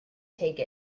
take